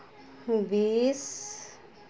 ᱵᱤᱥ